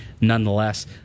nonetheless